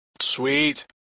Sweet